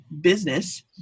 business